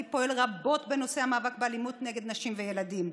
פועל רבות בנושא המאבק באלימות נגד נשים וילדים.